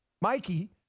Mikey